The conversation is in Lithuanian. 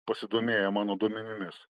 pasidomėję mano duomenimis